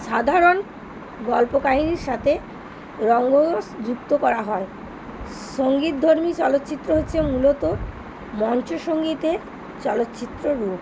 সাধারণ গল্পকাহিনির সাথে রঙ্গরস যুক্ত করা হয় সঙ্গীতধর্মী চলচ্চিত্র হচ্ছে মূলত মঞ্চসঙ্গীতের চলচ্চিত্র রূপ